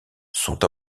sont